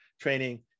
training